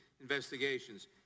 investigations